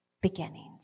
beginnings